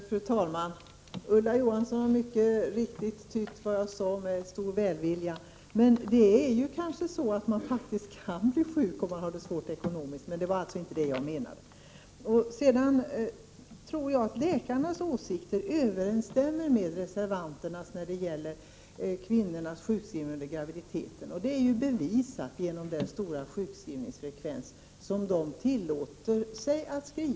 Fru talman! Ulla Johansson tydde mycket riktigt det jag sade med mycket stor välvilja. Man kanske kan bli sjuk om man har det svårt ekonomiskt, men det var alltså inte det jag menade. Jag tror att läkarnas åsikter överensstämmer med reservanternas när det gäller kvinnors sjukskrivning under graviditet. Det är bevisat genom den höga sjukskrivningsfrekvens de tillåter sig.